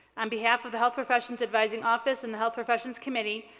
on behalf of the health professions advising office and the health professions committee,